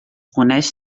coneix